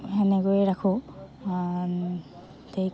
সেনেকৈয়ে ৰাখো ঠিক